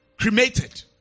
cremated